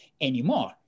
anymore